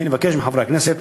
לכן אני מבקש מחברי הכנסת,